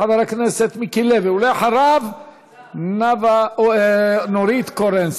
חבר הכנסת מיקי לוי, ואחריו, נאוה, נורית קורן.